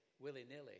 willy-nilly